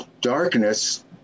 darkness